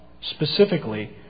specifically